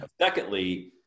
Secondly